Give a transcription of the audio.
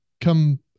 Come